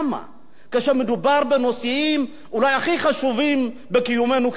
כשמדובר בנושאים אולי הכי חשובים בקיומנו כדמוקרטיה?